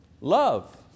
love